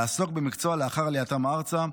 לעסוק במקצוע לאחר עלייתם ארצה,